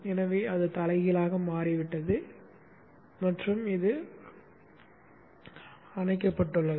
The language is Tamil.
எனவே அது தலைகீழாக மாறிவிட்டது மற்றும் முடக்கப்பட்டுள்ளது